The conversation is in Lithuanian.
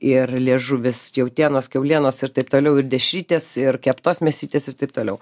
ir liežuvis jautienos kiaulienos ir taip toliau ir dešrytės ir keptos mėsytės ir taip toliau